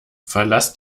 verlass